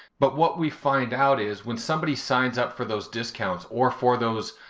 but what we find out is when somebody signs up for those discounts, or for those